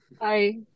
hi